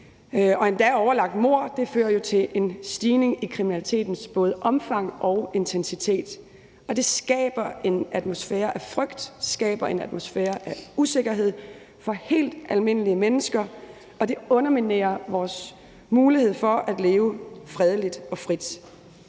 og endda overlagt mord fører til en stigning i kriminalitetens både omfang og intensitet, og det skaber en atmosfære af frygt, skaber en atmosfære af usikkerhed for helt almindelige mennesker, og det underminerer vores mulighed for at leve fredeligt og frit.